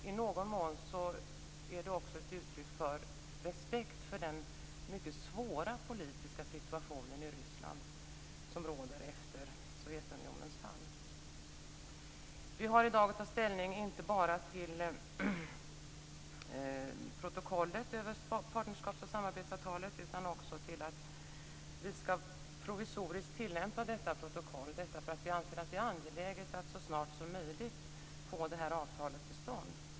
I någon mån är detta också ett uttryck för respekt för den mycket svåra politiska situation Ryssland befinner sig i efter Sovjetunionens fall. Riksdagen har i dag att ta ställning inte bara till protokollet över partnerskaps och samarbetsavtalet utan också till den provisoriska tillämpningen av detta protokoll. Vi socialdemokrater anser att det är angeläget att så snart som möjligt få detta avtal till stånd.